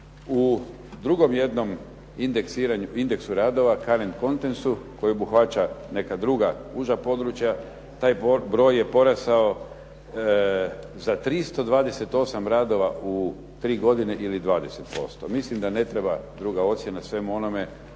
U drugom jednom ideksu radova … /Govornik se ne razumije./ … koji obuhvaća neka druga uža područja, taj broj je porasao za 328 radova u tri godine ili 20%. Mislim da ne treba druga ocjena svemu onome